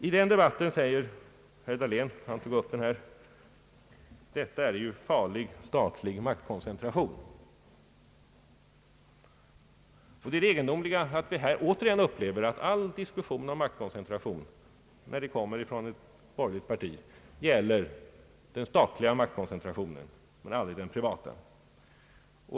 I debatten har herr Dahlén, som tog upp denna fråga, påstått att det är en farlig statlig maktkoncentration. Det är egendomligt att vi här åter upplever att allt tal från ett borgerligt parti om maktkoncentration gäller den statliga maktkoncentrationen men aldrig den privata.